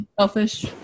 Selfish